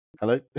Hello